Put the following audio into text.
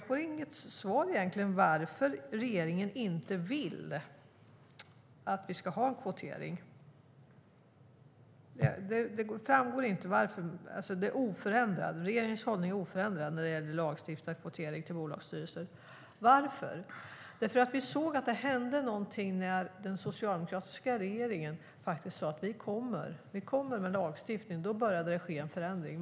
Jag får egentligen inget svar på varför regeringen inte vill att vi ska ha kvotering. Det framgår inte. "Regeringens hållning är oförändrad när det gäller lagstiftad kvotering till bolagens styrelser", säger jämställdhetsministern i interpellationssvaret. Varför? Vi såg att det hände någonting när den socialdemokratiska regeringen sade att den skulle komma med lagstiftning. Då började det ske en förändring.